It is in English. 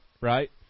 right